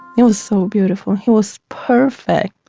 it was so beautiful, he was perfect.